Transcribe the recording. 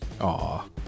Aw